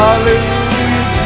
Hallelujah